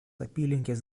apylinkės